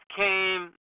came